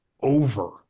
over